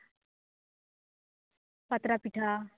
ᱯᱟᱛᱲᱟ ᱯᱤᱴᱷᱟ